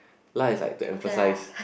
lah is like to emphasize